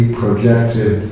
projected